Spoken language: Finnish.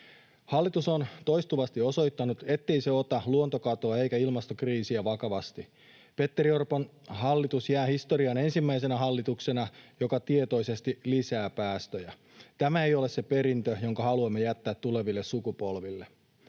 Hallitus on toistuvasti osoittanut, ettei se ota luontokatoa eikä ilmastokriisiä vakavasti. Petteri Orpon hallitus jää historiaan ensimmäisenä hallituksena, joka tietoisesti lisää päästöjä. Tämä ei ole se perintö, jonka haluamme jättää tuleville sukupolville.